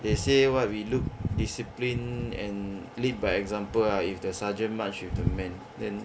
they say what we look disciplined and lead by example ah if the sergeant march with the man then